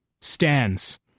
Stands